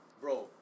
bro